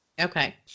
Okay